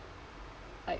like